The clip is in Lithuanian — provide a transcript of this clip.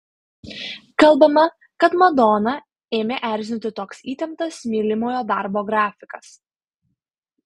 kalbama kad madoną ėmė erzinti toks įtemptas mylimojo darbo grafikas